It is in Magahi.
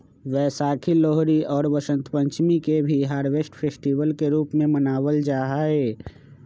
वैशाखी, लोहरी और वसंत पंचमी के भी हार्वेस्ट फेस्टिवल के रूप में मनावल जाहई